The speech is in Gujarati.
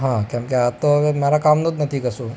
હા કેમકે આ તો હવે મારા કામનું જ નથી કશું